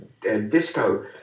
disco